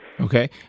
Okay